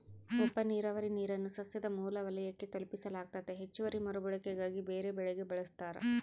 ಉಪನೀರಾವರಿ ನೀರನ್ನು ಸಸ್ಯದ ಮೂಲ ವಲಯಕ್ಕೆ ತಲುಪಿಸಲಾಗ್ತತೆ ಹೆಚ್ಚುವರಿ ಮರುಬಳಕೆಗಾಗಿ ಬೇರೆಬೆಳೆಗೆ ಬಳಸ್ತಾರ